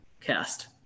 cast